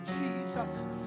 Jesus